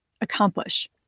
accomplish